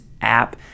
app